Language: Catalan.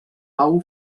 pau